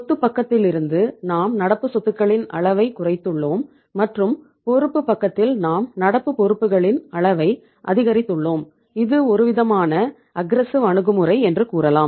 சொத்துப் பக்கத்திலிருந்து நாம் நடப்பு சொத்துகளின் அளவைக் குறைத்துள்ளோம் மற்றும் பொறுப்பு பக்கத்தில் நாம் நடப்பு பொறுப்புகளின் அளவை அதிகரித்துள்ளோம் இது ஒரு விதமான அஃகிரெஸ்ஸிவ் அணுகுமுறை என்று கூறலாம்